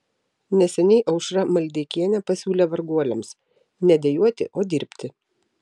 neseniai aušra maldeikienė pasiūlė varguoliams ne dejuoti o dirbti